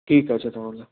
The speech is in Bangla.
ঠিক আছে তাহলে